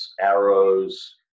arrows